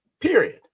period